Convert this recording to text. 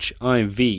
HIV